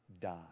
die